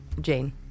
Jane